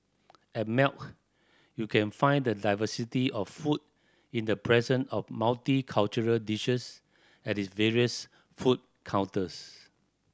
at Melt you can find the diversity of food in the presence of multicultural dishes at its various food counters